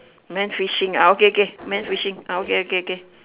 man fishing ah okay okay men fishing ah okay okay okay